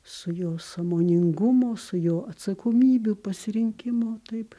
su jo sąmoningumo su jo atsakomybių pasirinkimo taip